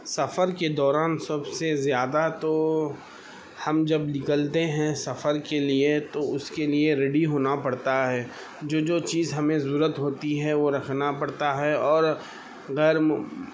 سفر کے دوران سب سے زیادہ تو ہم جب نکلتے ہیں سفر کے لیے تو اس کے لیے ریڈی ہونا پڑتا ہے جو جو چیز ہمیں ضرورت ہوتی ہے وہ رکھنا پڑتا ہے اور غیر